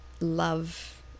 love